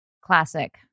classic